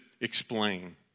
explain